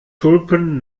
tulpen